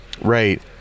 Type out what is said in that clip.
Right